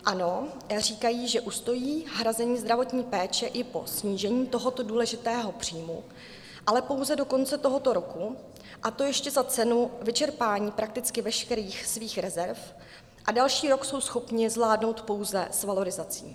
Ano, říkají, že ustojí hrazení zdravotní péče i po snížení tohoto důležitého příjmu, ale pouze do konce tohoto roku, a to ještě za cenu vyčerpání prakticky veškerých svých rezerv, a další rok jsou schopni zvládnout pouze s valorizací.